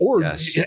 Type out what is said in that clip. Yes